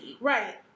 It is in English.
Right